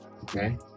okay